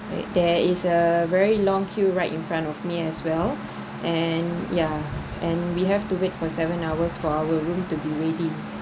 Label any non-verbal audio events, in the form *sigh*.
*noise* there is a very long queue right in front of me as well and yeah and we have to wait for seven hours for our room to be ready